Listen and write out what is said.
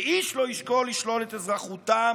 ואיש לא ישקול לשלול את אזרחותם